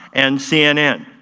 and cnn.